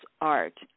art